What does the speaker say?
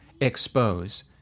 expose